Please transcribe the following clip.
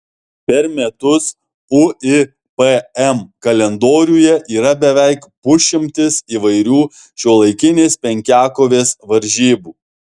per metus uipm kalendoriuje yra beveik pusšimtis įvairių šiuolaikinės penkiakovės varžybų